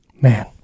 Man